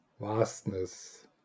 vastness